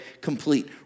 complete